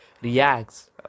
reacts